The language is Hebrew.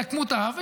יעקמו את האף,